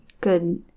good